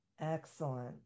excellent